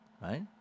right